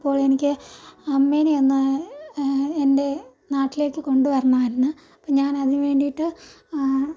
അപ്പോൾ എനിക്ക് അമ്മേനെ ഒന്ന് എൻ്റെ നാട്ടിലേക്ക് കൊണ്ടുവരണമായിരുന്നു അപ്പോൾ ഞാൻ അതിനു വേണ്ടിയിട്ട് ആ